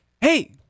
hey